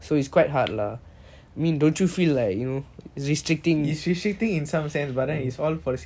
it is restricting in some sense but is all for the safety